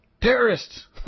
Terrorists